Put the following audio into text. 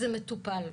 זה מטופל.